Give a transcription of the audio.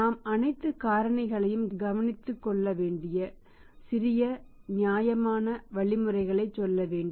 நாம் அனைத்து காரணிகளையும் கவனித்துக் கொள்ள வேண்டிய சில நியாயமான வழிமுறைகளை சொல்ல வேண்டும்